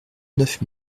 neuf